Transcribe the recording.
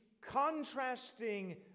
contrasting